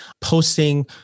posting